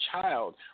child